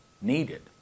needed